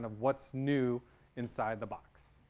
what's new inside the box